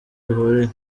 bihuriye